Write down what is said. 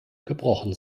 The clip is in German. gebrochen